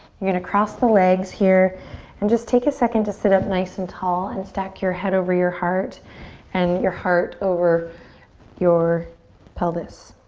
you're gonna cross the legs here and just take a second to sit up nice and tall and stack your head over your heart and your heart over your pelvis.